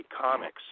Comics